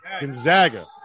Gonzaga